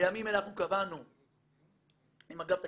בימים אלה אנחנו קבענו עם אגף התקציבים,